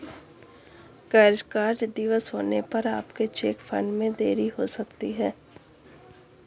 गैर कार्य दिवस होने पर आपके चेक फंड में देरी हो सकती है